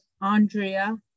andrea